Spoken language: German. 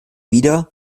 wieder